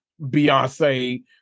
Beyonce